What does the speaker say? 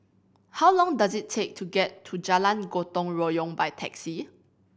how long does it take to get to Jalan Gotong Royong by taxi